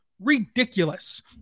ridiculous